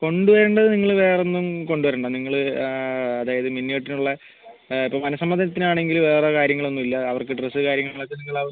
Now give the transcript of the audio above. കൊണ്ട് വരേണ്ടത് നിങ്ങൾ വേറെ ഒന്നും കൊണ്ട് വരേണ്ട നിങ്ങൾ അതായത് മിന്നുകെട്ടിനുള്ള ഇപ്പം മനസമ്മതത്തിന് ആണെങ്കിൽ വേറെ കാര്യങ്ങൾ ഒന്നുമില്ല അവർക്ക് ഡ്രസ്സ് കാര്യങ്ങളൊക്കെ നിങ്ങൾ